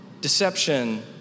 deception